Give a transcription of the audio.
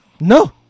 No